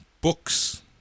books